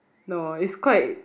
no it's quite